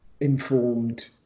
informed